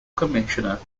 commissioner